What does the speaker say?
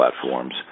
platforms